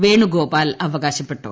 വേണുഗോപാൽ അവകാശപ്പെട്ടു